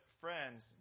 friends